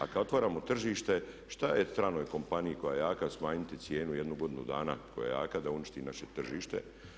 A kad otvaramo tržište što je stranoj kompaniji koja je jaka smanjiti cijenu jedno godinu dana da uništi naše tržište.